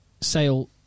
Sale